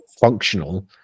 functional